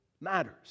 matters